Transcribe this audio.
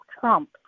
Trump